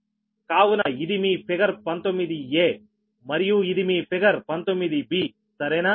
కావున ఇది మీ ఫిగర్ 19 ఎ మరియు ఇది మీ ఫిగర్ 19 బి సరేనా